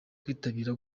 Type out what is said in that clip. kwitabira